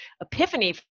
epiphany